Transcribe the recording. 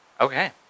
Okay